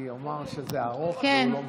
הוא לא ענה כי הוא אמר שזה ארוך והוא לא מסוגל.